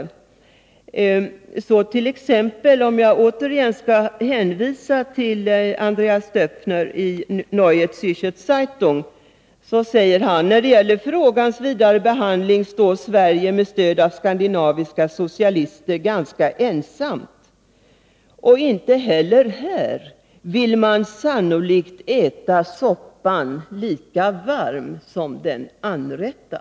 Så skriver t.ex. Andreas Doepfer i Neue Måndagen den Zärcher Zeitung, om jag återigen får hänvisa till honom: 22 november 1982 När det gäller frågans vidare behandling står Sverige — med stöd av skandinaviska socialister — ganska ensamt. Och inte heller här vill man Om Sveriges age sannolikt äta soppan lika varm som den anrättas.